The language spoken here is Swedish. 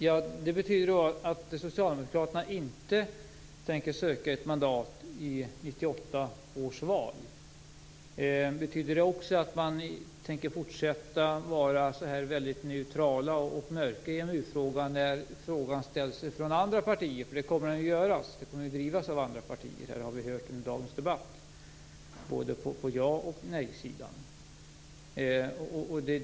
Herr talman! Betyder det att Socialdemokraterna inte tänker söka ett mandat i 1998 års val? Betyder det också att man tänker fortsätta att vara så här väldigt neutral och att man mörkar i EMU-frågan när frågan ställs av andra partier? Frågan kommer ju att drivas av andra partier, har vi hört under dagens debatt, på både ja och nej-sidan.